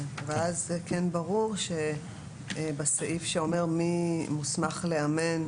ואז זה כן ברור שבסעיף שאומר מי מוסמך לאמן